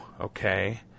Okay